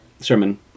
sermon